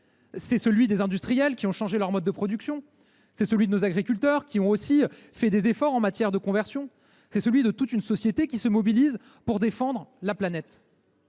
c’est celui des industriels, qui ont changé leurs modes de production ; celui des agriculteurs, qui ont fait des efforts en matière de conversion ; celui de toute une société qui se mobilise pour défendre la planète.